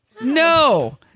No